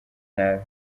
nabi